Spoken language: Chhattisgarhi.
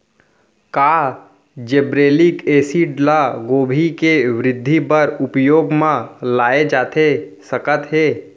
का जिब्रेल्लिक एसिड ल गोभी के वृद्धि बर उपयोग म लाये जाथे सकत हे?